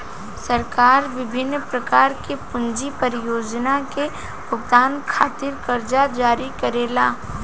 सरकार बिभिन्न प्रकार के पूंजी परियोजना के भुगतान खातिर करजा जारी करेले